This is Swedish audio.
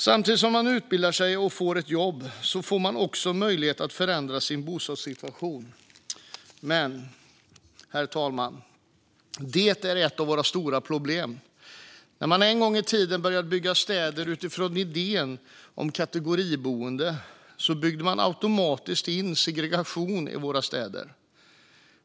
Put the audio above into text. Samtidigt som man utbildar sig och får ett jobb får man också möjlighet att förändra sin bostadssituation. Men, herr talman, detta är ett av våra stora problem. När man en gång i tiden började bygga städer utifrån idén om kategoriboende byggde man automatiskt in segregation i våra städer.